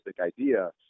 idea